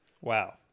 Wow